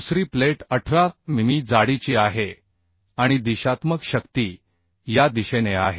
दुसरी प्लेट 18 मिमी जाडीची आहे आणि दिशात्मक शक्ती या दिशेने आहे